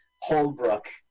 Holbrook